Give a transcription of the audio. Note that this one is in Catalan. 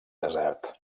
desert